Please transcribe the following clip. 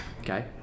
Okay